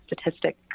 statistic